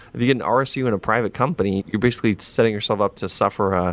the and rsu in a private company, you're basically setting yourself up to suffer,